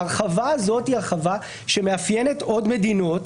ההרחבה הזאת היא הרחבה שמאפיינת עוד מדינות,